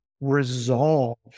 resolve